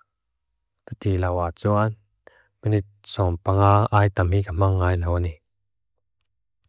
Kati lawa tsuan. Minitsom pangai tami kamang ngay lawa ni.